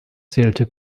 zählte